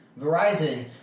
Verizon